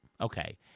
Okay